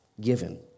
given